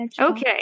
Okay